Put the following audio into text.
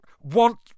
want